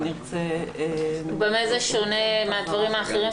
ונרצה --- במה זה שונה מהדברים האחרים?